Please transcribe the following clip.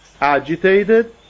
agitated